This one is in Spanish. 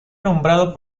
nombrado